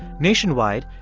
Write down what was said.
nationwide,